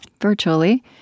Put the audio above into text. virtually